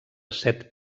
set